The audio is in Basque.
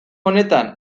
honetan